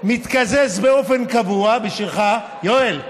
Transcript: מתקזז באופן קבוע, בשבילך, יואל.